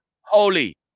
holy